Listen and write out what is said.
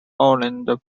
overland